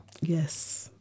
Yes